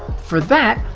for that,